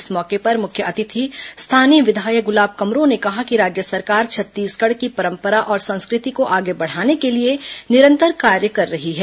इस मौके पर मुख्य अतिथि स्थानीय विधायक गुलाब कमरो ने कहा कि राज्य सरकार छत्तीसगढ़ की परम्परा और संस्कृति को आगे बढ़ाने के लिए निरंतर कार्य कर रही है